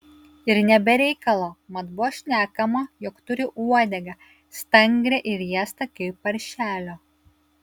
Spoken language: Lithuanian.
ir ne be reikalo mat buvo šnekama jog turi uodegą stangrią ir riestą kaip paršelio